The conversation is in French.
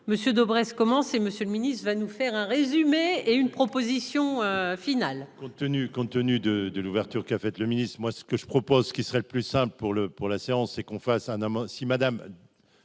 monsieur Dobres commencer Monsieur le Ministre va nous. Faire un résumé et une proposition finale. Compte tenu, compte tenu de, de l'ouverture qu'a fait le ministre moi ce que je propose, ce qui serait le plus simple pour le pour la séance et qu'on fasse un amant